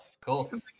Cool